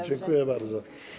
Dziękuję bardzo.